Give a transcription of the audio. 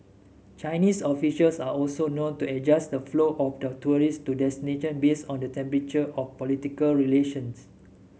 Chinese officials are also known to adjust the flow of tourists to destinations based on the temperature of political relations